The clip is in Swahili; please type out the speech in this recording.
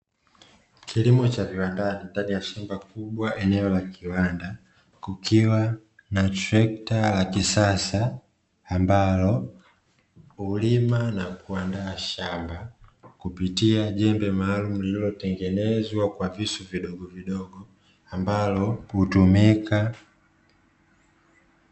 Kilimo cha viwandani ndani ya shamba kubwa eneo la kiwanda, kukiwa na trekta la kisasa, ambalo hulima na kuandaa shamba kupitia jembe maalumu lililotengenezwa kwa visu vidogovidogo, ambalo hutumika.